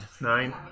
nine